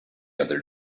other